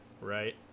Right